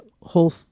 whole